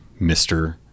Mr